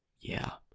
yeah.